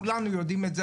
כולנו יודעים את זה,